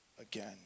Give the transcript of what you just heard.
again